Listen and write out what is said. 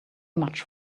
much